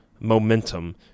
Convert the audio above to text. momentum